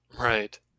Right